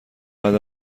بعد